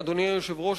אדוני היושב-ראש,